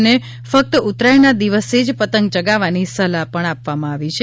અને ફકત ઉત્તરાયણના દિવસે જ પતંગ ચગાવવાની સલાહ આપવામા આવી છે